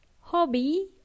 hobby